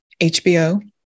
HBO